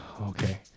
okay